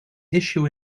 issue